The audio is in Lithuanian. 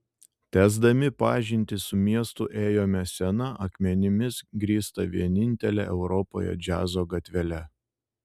tęsdami pažintį su miestu ėjome sena akmenimis grįsta vienintele europoje džiazo gatvele